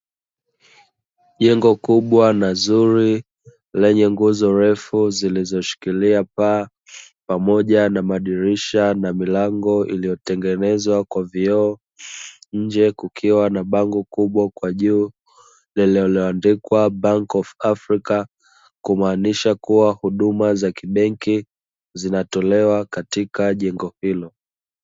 Jengo kubwa na zuri lenye nguzo refu zilizoshikiliwa na paa pamoja na madirisha na milango iliyotengeneza kwa vioo, nje kukiwa na bango kubwa kwa juu lililoandikwa "BANK OF AFRICA" kumaanisha kuwa huduma za kibenki zinatolewa katika jengo hilo.